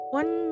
one